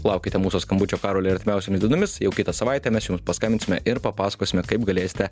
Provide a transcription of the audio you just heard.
laukite mūsų skambučio karoli artimiausiomis dienomis jau kitą savaitę mes jums paskambinsime ir papasakosime kaip galėsite